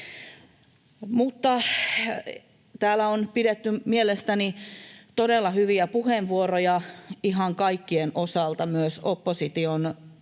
Täällä on pidetty mielestäni todella hyviä puheenvuoroja ihan kaikkien osalta, myös opposition